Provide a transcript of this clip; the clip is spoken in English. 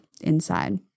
inside